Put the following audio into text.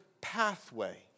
pathway